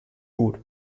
gut